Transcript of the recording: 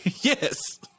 yes